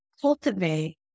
cultivate